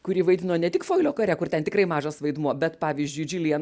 kuri vaidino ne tik foilio kare kur ten tikrai mažas vaidmuo bet pavyzdžiui džiulian